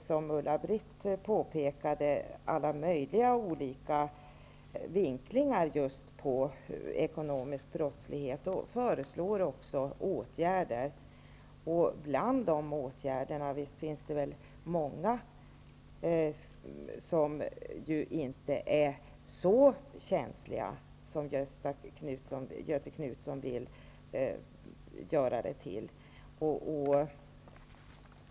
Som Ulla-Britt Åbark påpekade kommer utredningen med alla möjliga vinklingar just när det gäller ekonomisk brottslighet. Dessutom föreslås åtgärder. Nog är det väl så, att det beträffande många av de föreslagna åtgärderna inte är så känsligt som Göthe Knutson vill ge sken av.